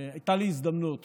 הייתה לי הזדמנות